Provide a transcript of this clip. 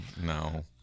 no